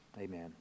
Amen